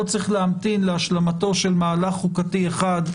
אין צורך בהמתנה להשלמת מהלך חוקתי אחד,